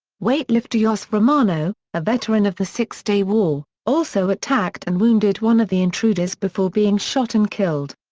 weightlifter yossef romano, a veteran of the six-day war, also attacked and wounded one of the intruders before being shot and killed.